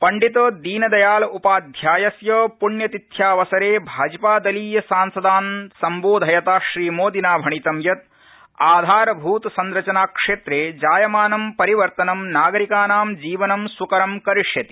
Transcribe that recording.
पं दीनदयालोपाध्यायस्य पृण्यतिध्यावसरे भाजपा दलीय सांसदान संबोधयता श्रीमोदीना भणितं यत आधारभृतसंरचना क्षेत्रे जायमानं परिवर्तनं नागरिकानां जीवनं सुकरं करिष्यति